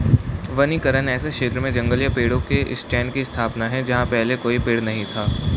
वनीकरण ऐसे क्षेत्र में जंगल या पेड़ों के स्टैंड की स्थापना है जहां पहले कोई पेड़ नहीं था